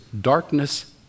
darkness